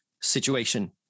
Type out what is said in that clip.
situation